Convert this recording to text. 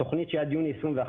תוכנית שהיא עד יוני 2021,